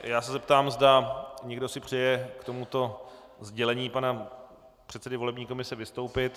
Já se zeptám, zda si někdo přeje k tomuto sdělení pana předsedy volební komise vystoupit.